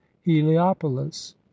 heliopolis